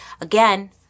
Again